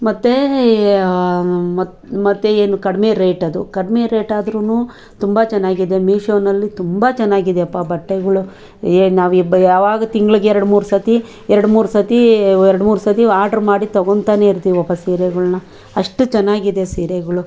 ಮತ್ತೆ ಮತ್ತೆ ಮತ್ತೆ ಏನು ಕಡಿಮೆ ರೇಟದು ಕಡಿಮೆ ರೇಟಾದ್ರೂ ತುಂಬ ಚೆನ್ನಾಗಿದೆ ಮಿಶೋದಲ್ಲಿ ತುಂಬ ಚೆನ್ನಾಗಿದೆಯಪ್ಪ ಬಟ್ಟೆಗಳು ಏ ನಾವಿಬ ಯಾವಾಗ ತಿಂಗ್ಳಿಗೆ ಎರ್ಡು ಮೂರು ಸಲ ಎರ್ಡು ಮೂರು ಸಲ ಎರ್ಡು ಮೂರು ಸಲ ಆರ್ಡ್ರ್ ಮಾಡಿ ತೊಗೊಳ್ತಾನೆ ಇರ್ತೀವಪ್ಪ ಸೀರೆಗಳನ್ನು ಅಷ್ಟು ಚೆನ್ನಾಗಿದೆ ಸೀರೆಗಳು